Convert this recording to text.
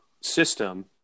system